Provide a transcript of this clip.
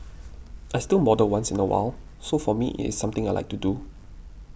I still model once in a while so for me it is something I like to do